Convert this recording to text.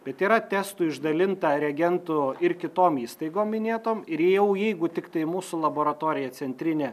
bet yra testų išdalinta reagentų ir kitom įstaigom minėtom ir jau jeigu tiktai mūsų laboratorija centrinė